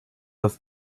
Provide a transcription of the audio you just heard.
das